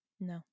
No